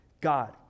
God